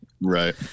Right